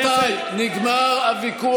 רבותיי, נגמר הוויכוח.